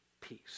peace